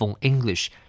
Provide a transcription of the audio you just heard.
English